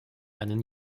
einen